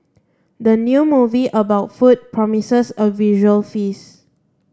the new movie about food promises a visual feast